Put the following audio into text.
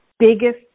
biggest